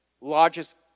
largest